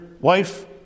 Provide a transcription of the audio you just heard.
wife